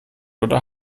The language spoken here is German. oder